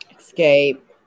Escape